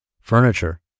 Furniture